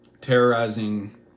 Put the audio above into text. terrorizing